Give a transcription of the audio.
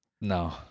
No